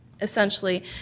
essentially